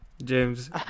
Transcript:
James